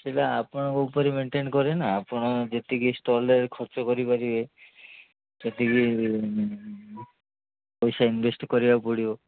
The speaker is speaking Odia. ସେଇଟା ଆପଣଙ୍କ ଉପରେ ମେଣ୍ଟନ କରେ ନା ଆପଣ ଯେତିକି ଷ୍ଟଲରେ ଖର୍ଚ୍ଚ କରିପାରିବେ ସେତିକି ପଇସା ଇନଭେଷ୍ଟ କରିବାକୁ ପଡ଼ିବ